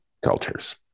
cultures